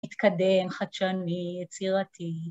‫מתקדם, חדשני, יצירתי.